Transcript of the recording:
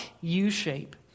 U-shape